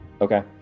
Okay